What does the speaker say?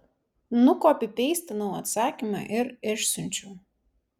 nukopipeistinau atsakymą ir išsiunčiau